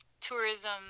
tourism